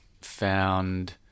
found